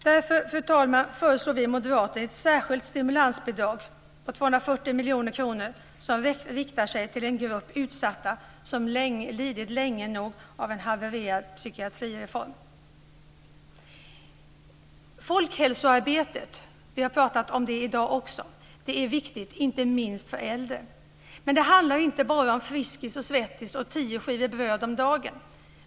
Därför, fru talman, föreslår vi moderater ett särskilt stimulansbidrag på 240 miljoner kronor som riktar sig till en grupp utsatta som lidigt länge nog av en havererad psykiatrireform. Folkhälsoarbetet - vi har talat om det också i dag - är viktigt inte minst för de äldre. Det handlar inte bara om Friskis & Svettis och tio skivor bröd om dagen.